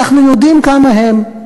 אנחנו יודעים כמה הם,